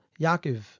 Yaakov